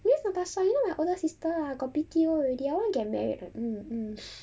miss natasha you know my older sister ah got B_T_O already I want to get married I'm like mm mm